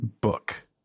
book